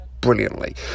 brilliantly